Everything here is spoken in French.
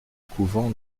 couvent